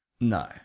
No